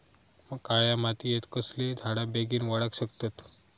काळ्या मातयेत कसले झाडा बेगीन वाडाक शकतत?